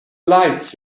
lights